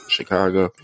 Chicago